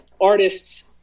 artists